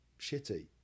shitty